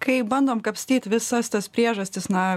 kai bandom kapstyt visas tas priežastis na